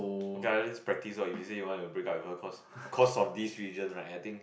okay ah just practice lor if you say you want to break with her cause cause of this reason right I think